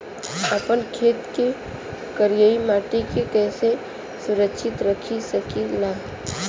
आपन खेत के करियाई माटी के कइसे सुरक्षित रख सकी ला?